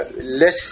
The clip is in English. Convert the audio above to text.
less